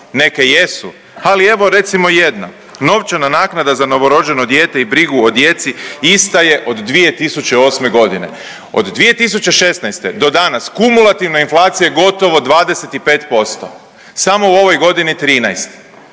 Neke jesu, ali evo recimo jedna, novčana naknada za novorođeno dijete i brigu o djeci ista je od 2008. godine. Od 2016. do danas kumulativno inflacija je gotovo 25%. Samo u ovoj godini 13,